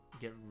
get